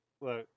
look